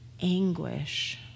Anguish